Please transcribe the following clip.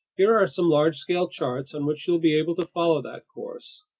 here are some large-scale charts on which you'll be able to follow that course.